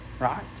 Right